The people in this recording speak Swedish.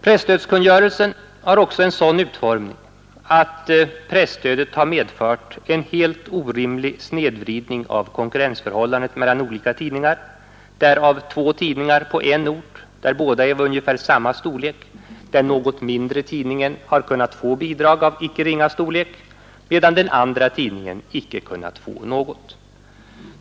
Presstödskungörelsen har också en sådan utformning att presstödet medfört en helt orimlig snedvridning av konkurrensförhållandet mellan olika tidningar, därav två på en ort, vilka båda är av ungefär samma storlek, den något mindre tidningen har kunnat få bidrag av icke ringa storlek, medan den andra tidningen icke kunnat få något.